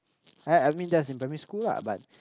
I I mean that's in primary school lah but